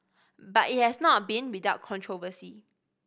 but it has not been without controversy